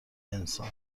انسان